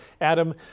Adam